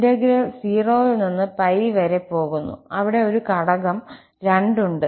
integral 0 ൽ നിന്ന് 𝜋 വരെ പോകുന്നു അവിടെ ഒരു ഘടകം 2 ഉണ്ട്